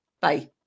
Bye